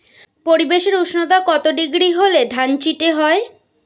পরিবেশের উষ্ণতা কত ডিগ্রি হলে ধান চিটে হয়?